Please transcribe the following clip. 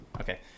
Okay